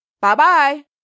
Bye-bye